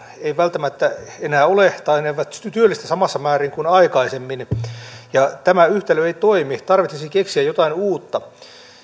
ei välttämättä enää ole tai ne eivät työllistä samassa määrin kuin aikaisemmin ja tämä yhtälö ei toimi tarvitsisi keksiä jotain uutta